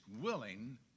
willing